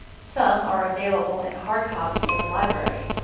some are available in hard copy in the library.